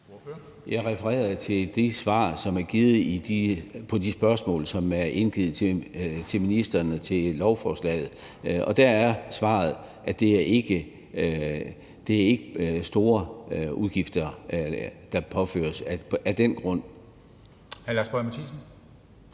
Jeg refererede til de svar, som er givet på de spørgsmål, som er indgivet til ministeren i forbindelse med lovforslaget, og der er svaret, at det ikke er store udgifter, der påføres på den baggrund.